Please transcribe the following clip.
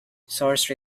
source